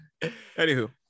Anywho